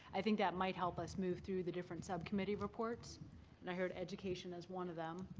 i think that might help us move through the different subcommittee reports and i heard education as one of them.